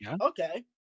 Okay